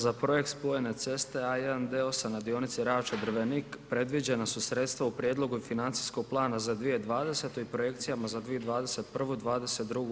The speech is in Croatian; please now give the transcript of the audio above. Za projekt spojne ceste A1 D8 na dionici Ravča-Drvenik predviđena su sredstva u Prijedlogu financijskog plana za 2020. i Projekcijama za 2021., 2022.